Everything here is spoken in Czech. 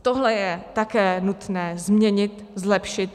Tohle je také nutné změnit, zlepšit.